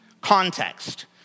context